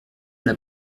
elle